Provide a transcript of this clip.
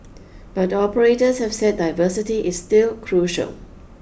but operators have said diversity is still crucial